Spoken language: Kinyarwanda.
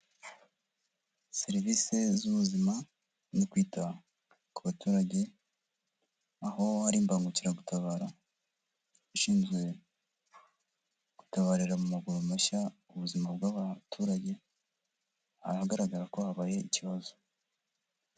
Serivisi z'ubuzima no kwita ku baturage, aho hari imbagukiragutabara ishinzwe gutabarira mu maguru mashya ubuzima bw'abaturage, ahagaragara ko habaye ikibazo.